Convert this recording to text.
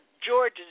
George